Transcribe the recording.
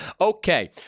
Okay